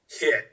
hit